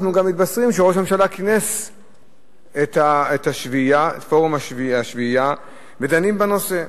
אנחנו גם מתבשרים שראש הממשלה כינס את פורום השביעייה והם דנים בנושא.